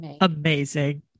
Amazing